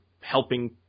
helping